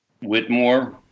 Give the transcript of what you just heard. Whitmore